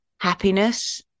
happiness